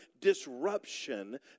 disruption